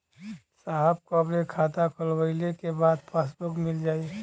साहब कब ले खाता खोलवाइले के बाद पासबुक मिल जाई?